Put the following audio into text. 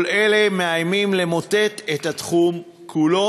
כל אלה מאיימים למוטט את התחום כולו,